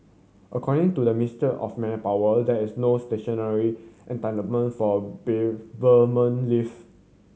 according to the Mister of Manpower there is no statutory entitlement for beer bereavement leave